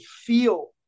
feel